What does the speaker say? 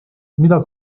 mida